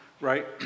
right